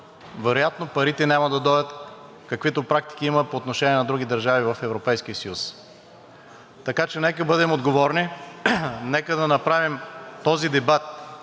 вероятно парите няма да дойдат, каквито практики има по отношение на други държави в Европейския съюз. Така че нека да бъдем отговорни, нека да направим този дебат